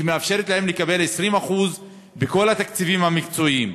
שמאפשרת להם לקבל 20% מכל התקציבים המקצועיים.